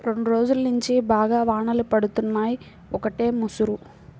రెండ్రోజుల్నుంచి బాగా వానలు పడుతున్నయ్, ఒకటే ముసురు